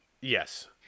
yes